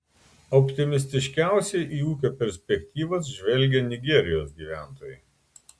optimistiškiausiai į ūkio perspektyvas žvelgia nigerijos gyventojai